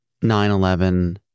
9-11